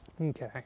Okay